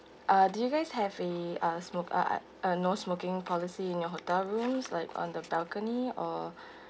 uh do you guys have a uh smo~ uh a non smoking policy in your hotel rooms like on the balcony or